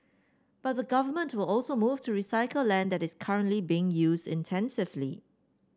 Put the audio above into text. but the Government will also move to recycle land that is currently being used intensively